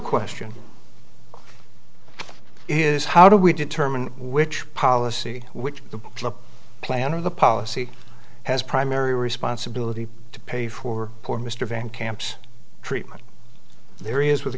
question is how do we determine which policy which the plan or the policy has primary responsibility to pay for poor mr van camp's treatment there is with a